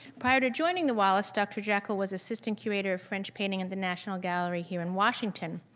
prior to joining the wallace, dr. jackall was assistant curator of french painting in the national gallery here in washington.